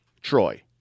Troy